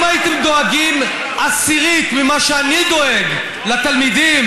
אם הייתם דואגים עשירית ממה שאני דואג לתלמידים